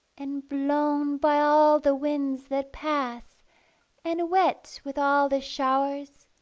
and blown by all the winds that pass and wet with all the showers,